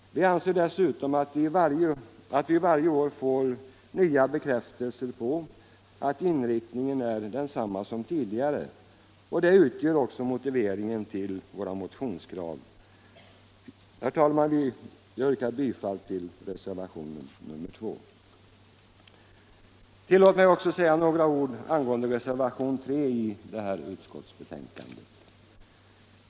Vi anser dessutom att vi varje år får nya bekräftelser på att inriktningen är densamma som tidigare, och det utgör också motiveringen till våra motionskrav. Herr talman! Jag yrkar bifall till reservationen 2. Tillåt mig också säga några ord angående reservationen 3 vid utskottets betänkande.